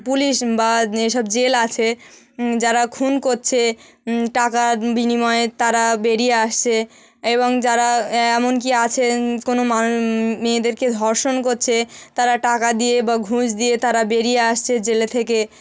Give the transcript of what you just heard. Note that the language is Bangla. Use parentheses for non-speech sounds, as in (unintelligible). পুলিশ বা যেসব জেল আছে যারা খুন করছে টাকার বিনিময়ে তারা বেরিয়ে আসছে এবং যারা এমনকি আছে কোনো মানু (unintelligible) মেয়েদেরকে ধর্ষণ করছে তারা টাকা দিয়ে বা ঘুষ দিয়ে তারা বেরিয়ে আসছে জেলের থেকে